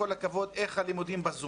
עם כל הכבוד, אני רואה איך הלימודים בזום.